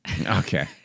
Okay